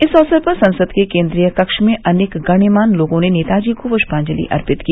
इस अवसर पर संसद के केन्द्रीय कक्ष में अनेक गण्यमान्य लोगों ने नेताजी को पृष्पांजलि अर्पित की